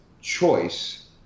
choice